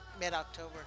mid-October